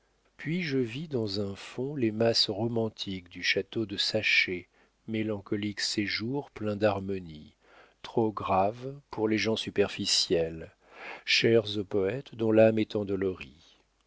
puis je vis dans un fond les masses romantiques du château de saché mélancolique séjour plein d'harmonies trop graves pour les gens superficiels chères aux poètes dont l'âme est